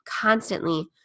constantly